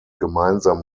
gemeinsam